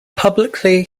publicly